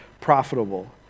profitable